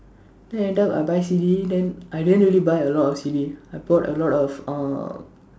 then end up I buy C_D then I didn't really buy a lot of C_D I bought a lot of uh